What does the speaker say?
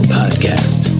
podcast